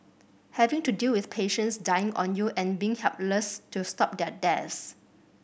have to deal with patients dying on you and being helpless to stop their deaths